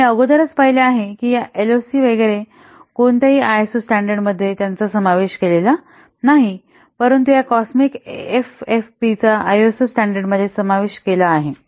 आम्ही अगोदरच पाहिले आहे की या एलओसी वगैरे कोणत्याही आयएसओ स्टॅंडर्ड मध्ये त्यांचा समावेश केलेला नाही परंतु या कॉस्मिक एफएफपींचा आयएसओ स्टॅंडर्डमध्ये समावेश केला आहे